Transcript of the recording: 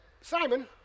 Simon